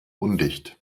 undicht